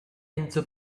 into